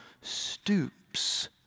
stoops